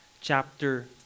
chapter